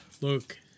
Look